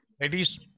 Ladies